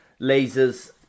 Lasers